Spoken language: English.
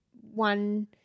one